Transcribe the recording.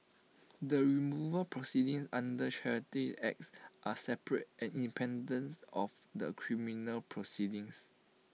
the removal proceedings under charities acts are separate and independence of the criminal proceedings